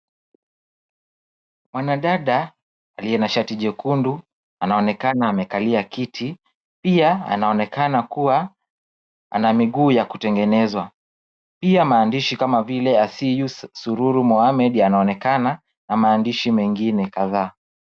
Mwanadada aliye na shati jekundu anaonekana amekalia kiti pia anaonekana kuwa ana miguu ya kutengenezwa. Pia maandishi kama Asiya Sururu Muhammed yanaonekana na maandishi mengine kadhaa.